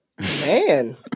Man